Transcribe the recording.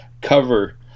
cover